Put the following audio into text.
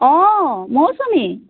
অঁ মৌচুমী